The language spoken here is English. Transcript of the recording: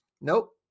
nope